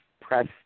press